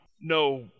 no